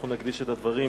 אנחנו נקדיש את הדברים